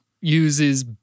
uses